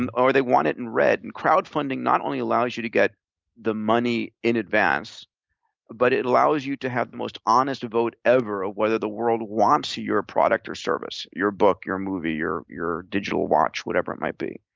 and or they want it in red, and crowdfunding not only allows you to get the money in advance but it allows you to have the most honest vote ever of whether the world wants your product or service, your book, your movie, your your digital watch, whatever it might be.